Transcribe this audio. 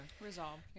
resolve